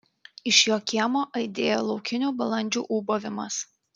iš jo kiemo aidėjo laukinių balandžių ūbavimas